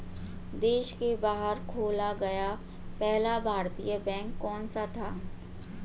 देश के बाहर खोला गया पहला भारतीय बैंक कौन सा था?